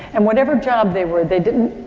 and whatever job they were they didn't,